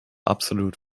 absolut